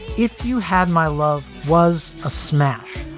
if you had my love was a smash.